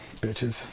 Bitches